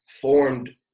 formed